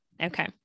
Okay